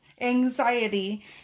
anxiety